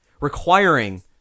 requiring